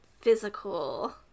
physical